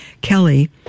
Kelly